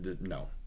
no